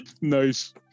Nice